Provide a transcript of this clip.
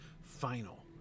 final